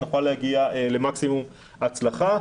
שנוכל להגיע למקסימום הצלחה.